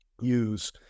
use